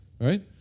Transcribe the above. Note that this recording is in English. right